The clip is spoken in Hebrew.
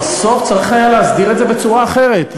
בסוף צריך היה להסדיר את זה בצורה אחרת.